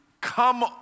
come